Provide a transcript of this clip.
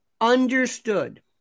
understood